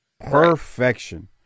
Perfection